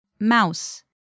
Mouse